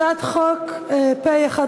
הצעת חוק פ/1580,